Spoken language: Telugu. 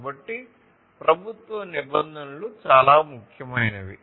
కాబట్టి ప్రభుత్వ నిబంధనలు చాలా ముఖ్యమైనవి